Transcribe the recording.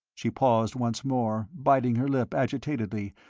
she paused once more, biting her lip agitatedly,